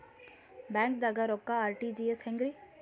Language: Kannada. ಬ್ಯಾಂಕ್ದಾಗ ರೊಕ್ಕ ಆರ್.ಟಿ.ಜಿ.ಎಸ್ ಹೆಂಗ್ರಿ?